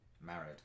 Married